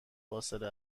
فاصله